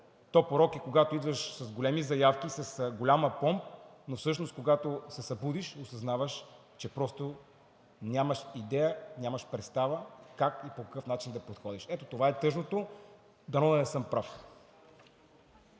то порок е, когато идваш с големи заявки, с голям апломб, но всъщност, когато се събудиш, осъзнаваш, че просто нямаш идея, нямаш представа как и по какъв начин да подходиш. Ето това е тъжното. Дано да не съм прав.